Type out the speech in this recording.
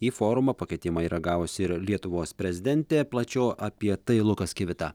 į forumą pakvietimą yra gavusi ir lietuvos prezidentė plačiau apie tai lukas kivitą